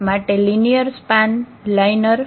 માટે linear span શું છે